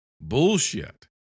bullshit